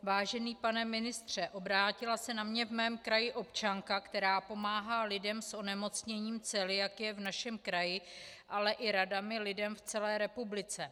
Vážený pane ministře, obrátila se na mě v mém kraji občanka, která pomáhá lidem s onemocnění celiakie v našem kraji, ale i radami lidem v celé republice.